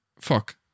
Fuck